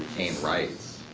gain rights.